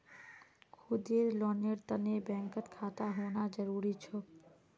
खुदेर लोनेर तने बैंकत खाता होना जरूरी छोक